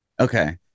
Okay